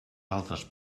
altres